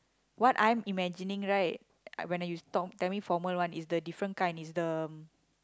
what I'm imagining right when I you told tell me formal one it's the different kind it's the